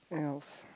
elf